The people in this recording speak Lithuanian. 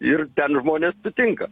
ir ten žmonės sutinka